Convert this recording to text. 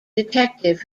detective